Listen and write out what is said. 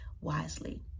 wisely